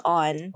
on